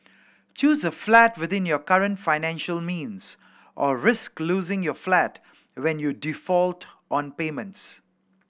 choose a flat within your current financial means or risk losing your flat when you default on payments